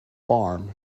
farm